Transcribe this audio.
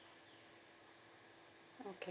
okay